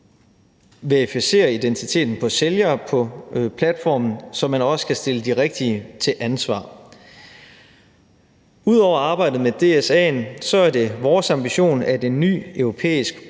verificerer identiteten på sælgere på platformen, så man også kan stille de rigtige til ansvar. Ud over arbejdet med DSA'en er det vores ambition, at en ny europæisk